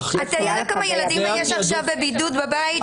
האכיפה --- אתה יודע כמה ילדים יש עכשיו בבידוד בבית?